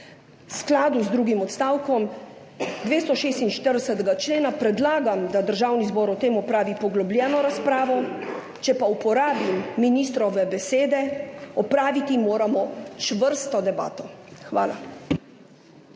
V skladu z drugim odstavkom 246. člena Poslovnika predlagam, da Državni zbor o tem opravi poglobljeno razpravo, če pa uporabim ministrove besede, opraviti moramo čvrsto debato. Hvala.